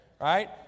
right